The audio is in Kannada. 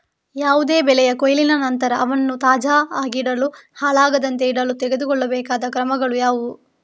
ಯಾವುದೇ ಬೆಳೆಯ ಕೊಯ್ಲಿನ ನಂತರ ಅವನ್ನು ತಾಜಾ ಆಗಿಡಲು, ಹಾಳಾಗದಂತೆ ಇಡಲು ತೆಗೆದುಕೊಳ್ಳಬೇಕಾದ ಕ್ರಮಗಳು ಯಾವುವು?